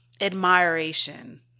admiration